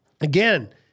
Again